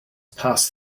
pass